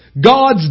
God's